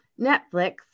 Netflix